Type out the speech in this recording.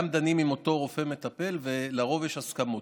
גם דנים עם אותו רופא מטפל, ולרוב יש הסכמות.